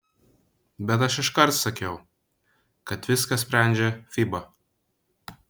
bet aš iškart sakiau kad viską sprendžia fiba